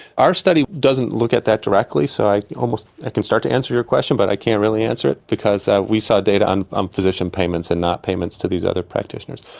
our study doesn't look at that directly, so i almost. i can start to answer your question, but i can't really answer it, because we saw data on um physician payments and not payments to these other practitioners.